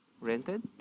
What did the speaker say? rented